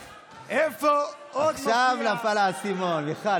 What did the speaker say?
איפה עוד מופיע, עכשיו נפל האסימון, מיכל.